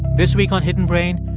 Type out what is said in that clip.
this week on hidden brain,